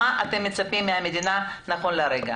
מה אתם מצפים מהמדינה כרגע?